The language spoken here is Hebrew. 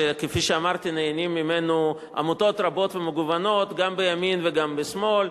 שכפי שאמרתי נהנות ממנו עמותות רבות ומגוונות גם בימין וגם בשמאל,